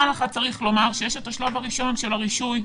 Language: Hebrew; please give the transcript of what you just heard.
פעם אחת צריך לומר שיש את השלב הראשון של הרישוי.